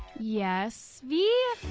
yes, vee?